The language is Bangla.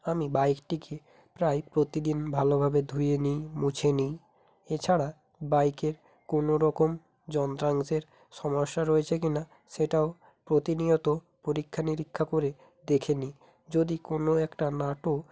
আমি বাইকটিকে প্রায় প্রতিদিন ভালোভাবে ধুয়ে নিই মুছে নিই এছাড়া বাইকের কোনো রকম যন্ত্রাংশের সমস্যা রয়েছে কি না সেটাও প্রতিনিয়ত পরীক্ষা নিরীক্ষা করে দেখি নিই যদি কোন একটা নাটও